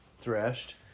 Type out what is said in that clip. threshed